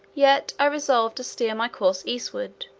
yet i resolved to steer my course eastward,